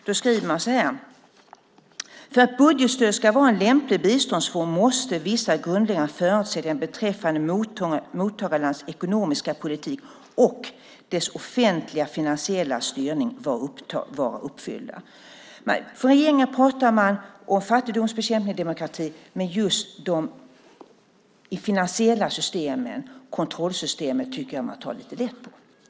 Man skriver så här: "För att budgetstöd ska vara en lämplig biståndsform måste vissa grundläggande förutsättningar beträffande mottagarlandets ekonomiska politik och dess offentliga finansiella styrning vara uppfyllda." Från regeringen pratar man om fattigdomsbekämpning och demokrati, men de finansiella systemen och kontrollsystemet tycker jag att man tar lite lätt på.